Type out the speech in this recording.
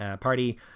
party